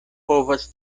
povas